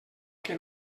que